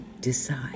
decide